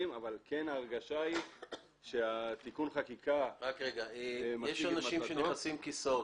אבל כן ההרגשה היא שתיקון החקיקה --- יש אנשים נכנסים עם כיסאות.